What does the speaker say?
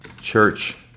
church